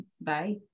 Bye